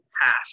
half